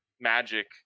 magic